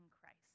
Christ